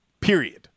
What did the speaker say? Period